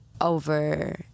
over